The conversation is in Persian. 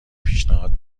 پیشنهاد